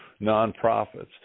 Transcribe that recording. nonprofits